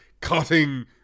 cutting